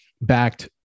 backed